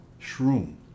Shroom